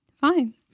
Fine